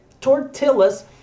tortillas